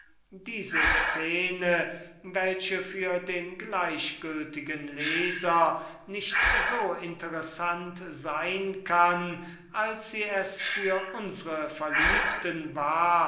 diese szene welche für den gleichgültigen leser nicht so interessant sein kann als sie es für unsre verliebten war